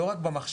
לא רק במחשבה,